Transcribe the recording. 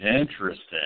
interesting